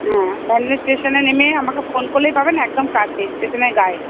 হ্যাঁ ব্যান্ডেল স্টেশানে নেমে আমাকে ফোন করলেই পাবেন একদম কাছে স্টেশানে গায়ে